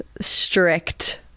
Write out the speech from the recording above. strict